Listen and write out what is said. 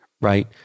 right